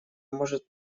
может